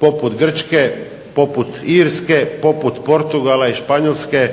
poput Grčke, poput Irske, poput Portugala i Španjolske